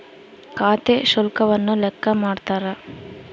ಖಾತೆ ಶುಲ್ಕವನ್ನು ಲೆಕ್ಕ ಮಾಡ್ತಾರ